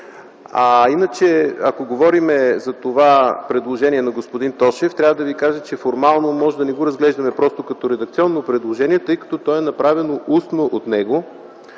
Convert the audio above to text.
на интереси. Ако говорим за предложението на господин Тошев, трябва да ви кажа, че формално може да не го разглеждаме просто като редакционно предложение, тъй като то е направено устно от него.